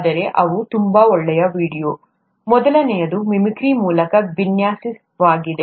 ಆದರೆ ಅವು ತುಂಬಾ ಒಳ್ಳೆಯ ವೀಡಿಯೊಗಳು ಮೊದಲನೆಯದು ಮಿಮಿಕ್ರಿ ಮೂಲಕ ವಿನ್ಯಾಸವಾಗಿದೆ